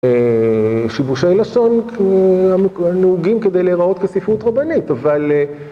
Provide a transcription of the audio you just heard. שיבושי לשון נהוגים כדי להיראות כספרות רבנית, אבל...